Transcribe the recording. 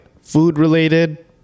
food-related